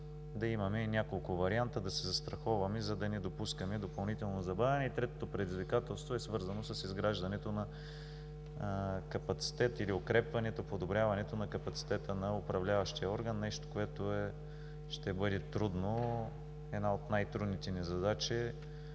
да имаме няколко варианта, да се застраховаме, за да не допускаме допълнително забавяне. И третото предизвикателство е свързано с изграждането на капацитет или укрепването, подобряването на капацитета на управляващия орган. Нещо, което ще бъде трудно, една от най-трудните ни задачи,